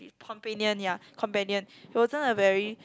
companion ya companion he wasn't a very